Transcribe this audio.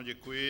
Děkuji.